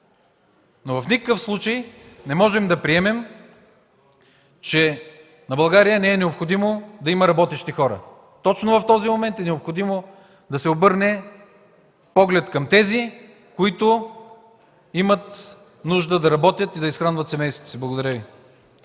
но в никакъв случай не можем да приемем, че на България не е необходимо да има работещи хора. Точно в този момент е необходимо да се обърне поглед към тези, които имат нужда да работят и да изхранват семействата си. Благодаря Ви.